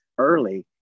early